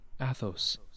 Athos